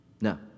No